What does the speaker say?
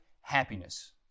happiness